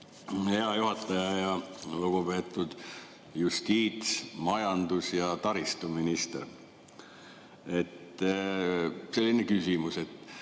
Hea juhataja! Lugupeetud justiits‑, majandus‑ ja taristuminister! Selline küsimus: